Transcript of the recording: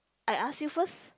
I ask you first